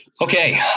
Okay